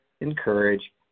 encourage